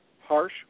harsh